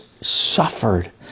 suffered